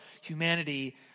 humanity